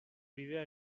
bidea